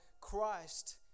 Christ